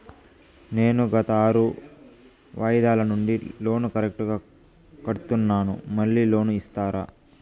నేను గత ఆరు వాయిదాల నుండి లోను కరెక్టుగా కడ్తున్నాను, మళ్ళీ లోను ఇస్తారా?